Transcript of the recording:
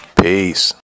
Peace